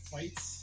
fights